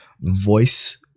voice